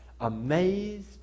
amazed